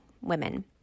women